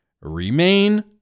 remain